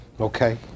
okay